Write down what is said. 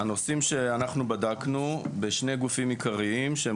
הנושאים שאנחנו בדקנו בשני גופים עיקריים שהם